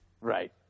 Right